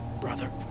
brother